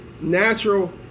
natural